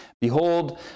Behold